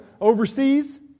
overseas